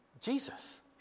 Jesus